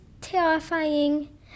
terrifying